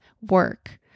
work